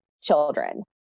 children